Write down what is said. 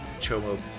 Chomo